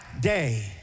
day